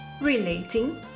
Relating